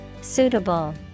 Suitable